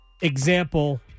example